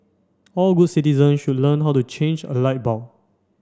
all good citizen should learn how to change a light bulb